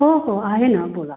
हो हो आहे ना बोला